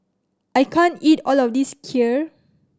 I can't eat all of this Kheer